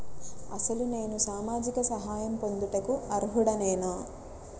అసలు నేను సామాజిక సహాయం పొందుటకు అర్హుడనేన?